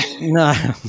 No